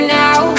now